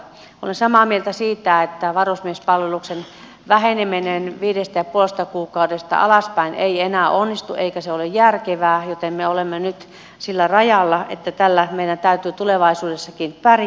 olen samaa mieltä siitä että varusmiespalveluksen väheneminen viidestä ja puolesta kuukaudesta alaspäin ei enää onnistu eikä se ole järkevää joten me olemme nyt sillä rajalla että tällä meidän täytyy tulevaisuudessakin pärjätä